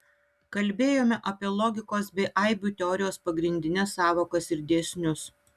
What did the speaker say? kalbėjome apie logikos bei aibių teorijos pagrindines sąvokas ir dėsnius